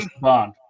Bond